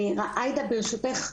עאידה ברשותך,